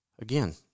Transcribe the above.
again